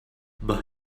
but